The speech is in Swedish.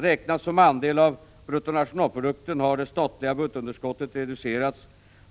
Räknat som andel av bruttonationalprodukten har det statliga budgetunderskottet reducerats